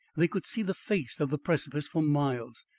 they could see the face of the precipice for miles.